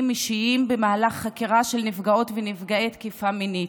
אישיים במהלך חקירה של נפגעות ונפגעי תקיפה מינית.